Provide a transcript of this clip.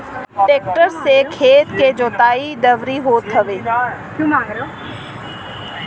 tractor से खेत के जोताई, दवरी होत हवे